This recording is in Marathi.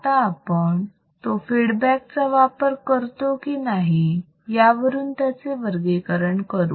आता आपण तो फीडबॅक चा वापर करतो की नाही यावरून त्याचे वर्गीकरण करू